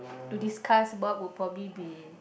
to discuss what would probably be